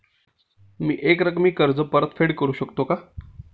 मी एकरकमी कर्ज परतफेड करू शकते का?